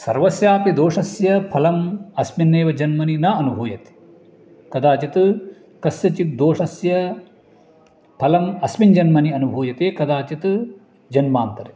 सर्वस्यापि दोषस्य फलम् अस्मिन्नेव जन्मनि न अनुभूयते कदाचित् कस्यचित् दोषस्य फलम् अस्मिन् जन्मनि अनुभूयते कदाचित् जन्मान्तरे